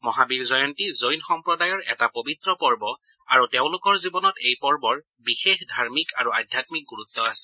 মহাবীৰ জয়ন্তী জৈন সম্প্ৰদায়ৰ এটা পৱিত্ৰ পৰ্ব আৰু তেওঁলোকৰ জীৱনত এই পৰ্বৰ বিশেষ ধাৰ্মিক আৰু আধ্যামিক গুৰুত্ আছে